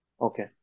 Okay